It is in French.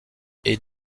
est